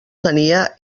tenia